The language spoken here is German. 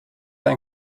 ein